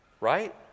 right